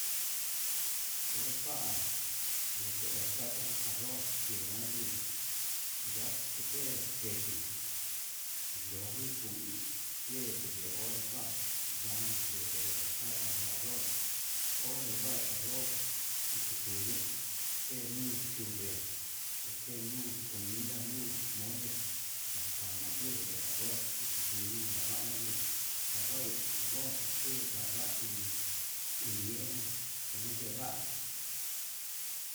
Onré kua nrute orchata arroz yinguu ayuu ya'a tekue, ndeki yo'í kuí yeti ye'e onro kua nda ndute orchata arroz, orevai arroz dite kuyee kenuu chuve'e, okenuu comida nuu mole ndukana nuyee arroz atuyu adavaña, ndoi arroz ke taka uun iñejan unuu ye va'a.